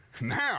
Now